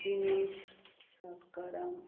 Dinesh सकरम